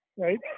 Right